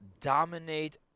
dominate